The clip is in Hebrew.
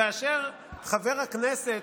כאשר חבר הכנסת,